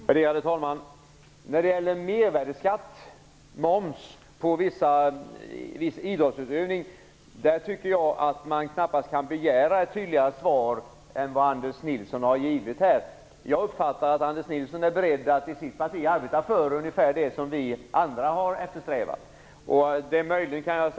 Värderade talman! När det gäller mervärdesskatt på viss idrottsutövning tycker jag att man knappast kan begära ett tydligare svar än vad Anders Nilsson har givit. Jag uppfattar det så att han är beredd att i sitt parti arbeta för att det som vi andra har eftersträvat.